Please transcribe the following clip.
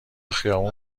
خیابون